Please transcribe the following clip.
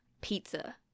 pizza